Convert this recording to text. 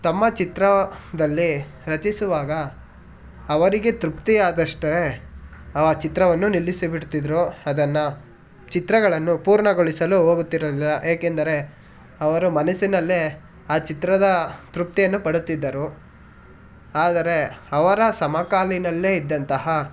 ತಮ್ಮ ಚಿತ್ರ ದಲ್ಲಿ ರಚಿಸುವಾಗ ಅವರಿಗೆ ತೃಪ್ತಿಯಾದಷ್ಟೇ ಆ ಚಿತ್ರವನ್ನು ನಿಲ್ಲಿಸಿಬಿಡ್ತಿದ್ದರು ಅದನ್ನು ಚಿತ್ರಗಳನ್ನು ಪೂರ್ಣಗೊಳಿಸಲು ಹೋಗುತ್ತಿರಲಿಲ್ಲ ಏಕೆಂದರೆ ಅವರು ಮನಸಿನಲ್ಲೇ ಆ ಚಿತ್ರದಾ ತೃಪ್ತಿಯನ್ನು ಪಡುತ್ತಿದ್ದರು ಆದರೆ ಅವರ ಸಮಕಾಲಿನಲ್ಲೇ ಇದ್ದಂತಹ